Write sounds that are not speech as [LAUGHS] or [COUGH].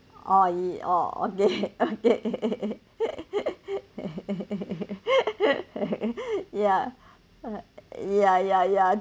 oh ya oh okay [LAUGHS] okay [LAUGHS] ya ya ya ya